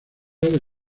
del